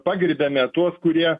pagerbiame tuos kurie